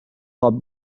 خواب